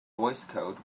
voicecode